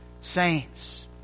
saints